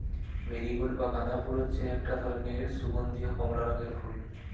marigold বা গাঁদা ফুল হচ্ছে একটা ধরণের সুগন্ধীয় কমলা রঙের ফুল